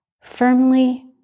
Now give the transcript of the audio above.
Firmly